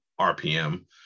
RPM